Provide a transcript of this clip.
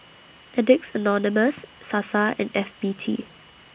Addicts Anonymous Sasa and F B T